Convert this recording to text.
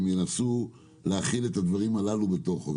הם ינסו להחיל את הדברים הללו בפנים.